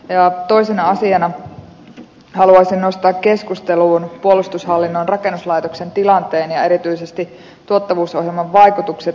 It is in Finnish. toisena asiana haluaisin nostaa keskusteluun puolustushallinnon rakennuslaitoksen tilanteen ja erityisesti tuottavuusohjelman vaikutukset henkilöstörakenteeseen